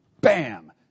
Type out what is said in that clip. Bam